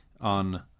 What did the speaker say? on